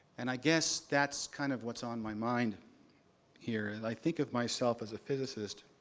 and i guess that's kind of what's on my mind here. i think of myself as a physicist,